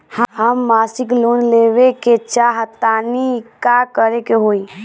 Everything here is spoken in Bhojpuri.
हम मासिक लोन लेवे के चाह तानि का करे के होई?